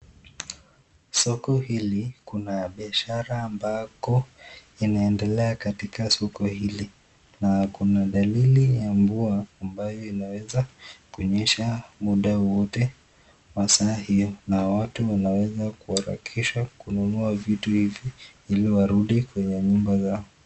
Soko hili kuna biashara ambako inaendelea katika soko hili na kuna dalili ya mvua ambayo inaweza kunyesha muda wowote masaa hiyo na watu wanaweza kuharakisha kununua vitu hivyo ili warudi kwenye nyumba zao .